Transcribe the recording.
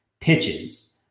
pitches